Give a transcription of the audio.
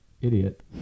idiot